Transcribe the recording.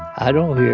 i don't